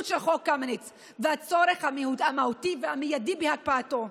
של חוק קמיניץ והצורך המהותי והמיידי בהקפאתו.